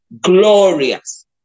glorious